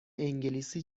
انگلیسی